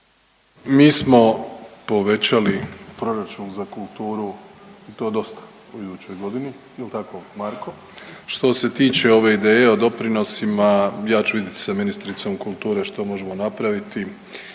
Mi smo povećali proračun za kulturu i to dosta u idućoj godini, je li tamo Marko? Što se tiče ove ideje o doprinosima, ja ću vidjeti s ministricom kulture što možemo napraviti